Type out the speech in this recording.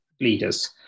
leaders